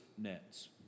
nets